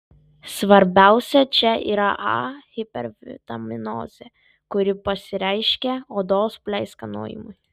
svarbiausia čia yra a hipervitaminozė kuri pasireiškia odos pleiskanojimu